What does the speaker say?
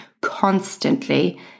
constantly